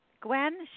Gwen